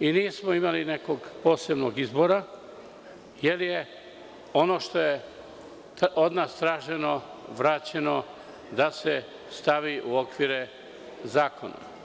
i nismo imali nekog posebnog izbora, jer je ono što je od nas traženo, vraćeno da se stavi u okvire zakona.